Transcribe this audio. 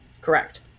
Correct